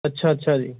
ਅੱਛਾ ਅੱਛਾ ਜੀ